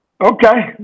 Okay